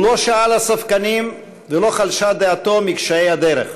הוא לא שעה לספקנים, ולא חלשה דעתו מקשיי הדרך.